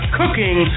cooking